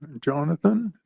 and jonathan.